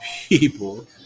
people